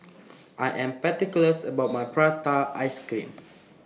I Am particulars about My Prata Ice Cream